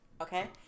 Okay